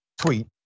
tweet